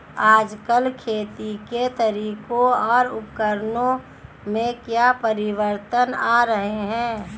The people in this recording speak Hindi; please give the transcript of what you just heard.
आजकल खेती के तरीकों और उपकरणों में क्या परिवर्तन आ रहें हैं?